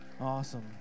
Awesome